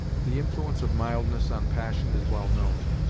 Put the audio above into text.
the influence of mildness on passion is well known.